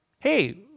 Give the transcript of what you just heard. Hey